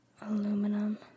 aluminum